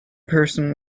person